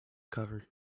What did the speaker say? cover